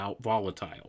volatile